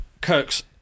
Kirk's